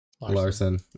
Larson